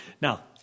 Now